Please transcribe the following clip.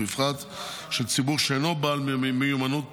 ובפרט של ציבור שאינו בעל מיומנות טכנולוגית.